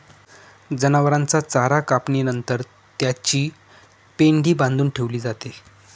जनावरांचा चारा कापणी नंतर त्याची पेंढी बांधून ठेवली जाते